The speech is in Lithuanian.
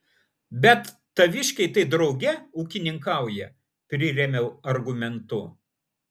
bet taviškiai tai drauge ūkininkauja prirėmiau argumentu